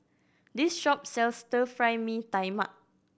this shop sells Stir Fry Mee Tai Mak